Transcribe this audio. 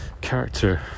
character